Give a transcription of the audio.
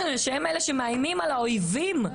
הם אלה שמאיימים על העובדים